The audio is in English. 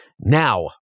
Now